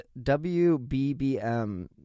WBBM